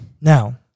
Now